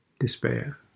Despair